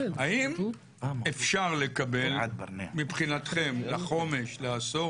האם אפשר לקבל מבחינתכם לחומש או לעשור